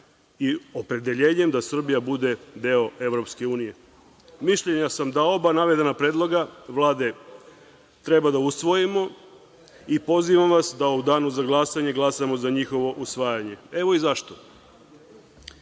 i opredeljenjem da Srbija bude deo EU. Mišljenja sam da oba navedena predloga Vlade treba da usvojimo i pozivam vas da u danu za glasanje glasamo za njihovo usvajanje. Evo i zašto.